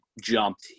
jumped